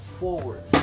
forward